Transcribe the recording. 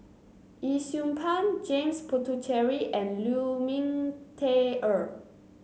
Yee Siew Pun James Puthucheary and Lu Ming Teh Earl